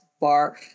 bar